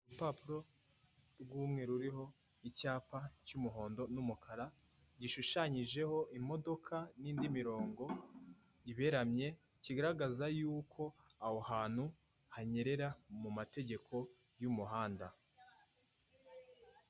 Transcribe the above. Urupapuro rw'umweru ruriho icyapa cy'umuhondo n'umukara, gishushanyijeho imodoka n'indi mirongo iberamye, kigaragaza yuko aho hantu hanyerera mu mategeko y'umuhanda.